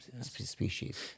species